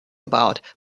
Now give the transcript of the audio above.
about